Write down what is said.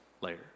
later